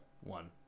one